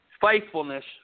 Faithfulness